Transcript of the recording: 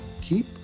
keep